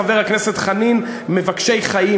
חבר הכנסת חנין: מבקשי חיים.